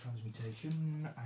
transmutation